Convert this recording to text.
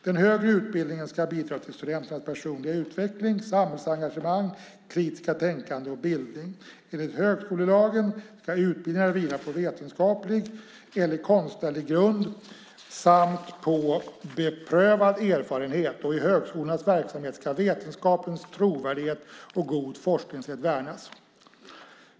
Den högre utbildningen ska bidra till studenternas personliga utveckling, samhällsengagemang, kritiska tänkande och bildning. Enlig högskolelagen ska utbildningarna vila på vetenskaplig eller konstnärlig grund samt på beprövad erfarenhet, och i högskolornas verksamhet ska vetenskapens trovärdighet och god forskningssed värnas.